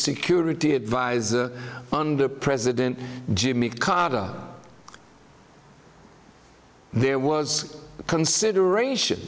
security adviser under president jimmy carter there was consideration